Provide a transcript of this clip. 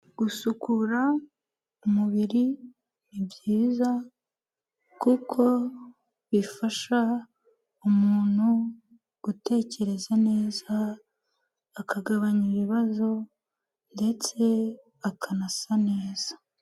Gusukura umubiri ni byiza kuko bifasha umuntu gutekereza neza akagabanya ibibazo ndetse akanasa neza.